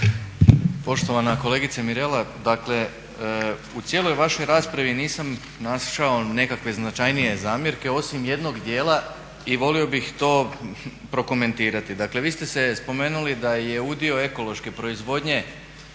Poštovana kolegice Mirela, dakle u cijeloj vašoj raspravi nisam našao nekakve značajnije zamjerke osim jednog dijela i volio bih to prokomentirati. Dakle, vi ste se spomenuli da je udio ekološke proizvodnje